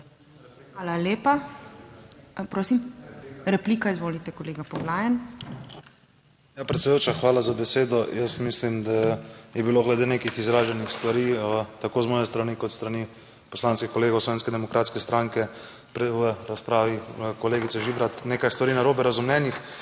Hvala lepa. Prosim, replika, izvolite kolega Poglajen. ANDREJ POGLAJEN (PS SDS): Ja, predsedujoča hvala za besedo? Jaz mislim, da je bilo glede nekih izraženih stvari tako z moje strani kot s strani poslanskih kolegov Slovenske demokratske stranke, prej v razpravi kolegice Žibrat nekaj stvari narobe razumljenih.